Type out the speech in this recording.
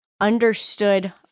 understood